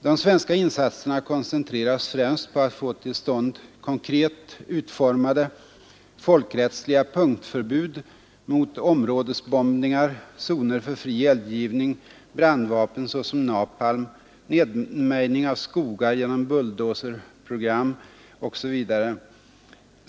De svenska insatserna koncentreras främst på att få till stånd konkret utformade folkrättsliga punktförbud mot områdesbombningar, zoner för fri eldgivning, brandvapen såsom napalm, nedmejning av skogar genom bulldozerprogram osv.